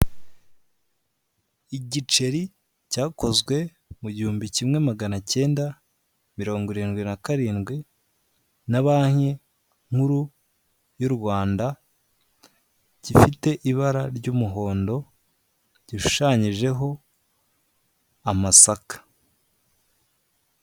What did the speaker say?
Igiceri cya kozwe mu gihumbi kimwe magana akenda mirongo irindwi n'akarindwi na banki nkuru y'u Rwanda gifite ibara ry'umuhondo gishushanyijeho amasaka.